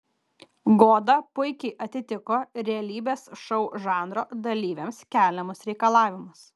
goda puikiai atitiko realybės šou žanro dalyviams keliamus reikalavimus